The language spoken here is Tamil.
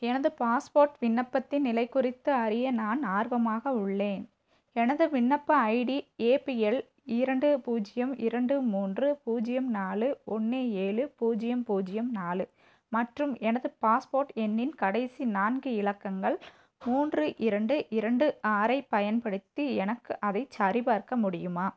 எனது பாஸ்போர்ட் விண்ணப்பத்தின் நிலை குறித்து அறிய நான் ஆர்வமாக உள்ளேன் எனது விண்ணப்ப ஐடி ஏபிஎல் இரண்டு பூஜ்யம் இரண்டு மூன்று பூஜ்யம் நாலு ஒன்று ஏழு பூஜ்யம் பூஜ்யம் நாலு மற்றும் எனது பாஸ்போர்ட் எண்ணின் கடைசி நான்கு இலக்கங்கள் மூன்று இரண்டு இரண்டு ஆறை பயன்படுத்தி எனக்கு அவை சரிபார்க்க முடியுமா